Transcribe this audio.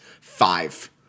Five